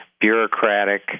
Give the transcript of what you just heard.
bureaucratic